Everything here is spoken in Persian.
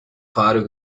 خواهر